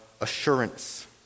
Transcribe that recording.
assurance